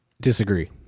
Disagree